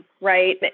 right